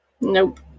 Nope